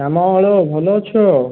ଭଲ ଅଛ